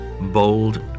bold